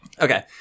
Okay